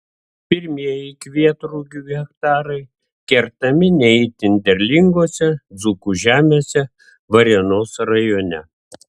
pirmieji kvietrugių hektarai kertami ne itin derlingose dzūkų žemėse varėnos rajone